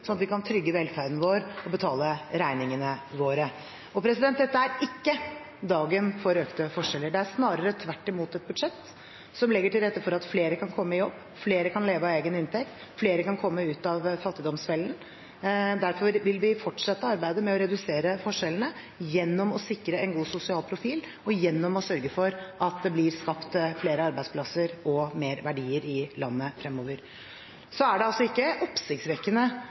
at vi kan trygge velferden vår og betale regningene våre. Dette er ikke dagen for økte forskjeller, snarere tvert imot: Det er et budsjett som legger til rette for at flere kan komme i jobb, at flere kan leve av egen inntekt, at flere kan komme ut av fattigdomsfellen. Derfor vil vi fortsette arbeidet med å redusere forskjellene gjennom å sikre en god sosial profil og gjennom å sørge for at det blir skapt flere arbeidsplasser og mer verdier i landet fremover. Det er ikke oppsiktsvekkende at Høyre og Fremskrittspartiet mener det